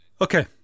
Okay